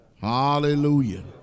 Hallelujah